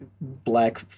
black